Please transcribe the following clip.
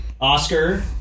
Oscar